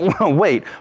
wait